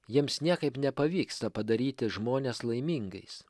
jiems niekaip nepavyksta padaryti žmones laimingais